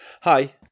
hi